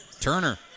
Turner